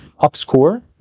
upscore